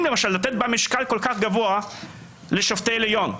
למשל לתת בה משקל כל כך גבוה לשופטי העליון,